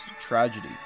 tragedy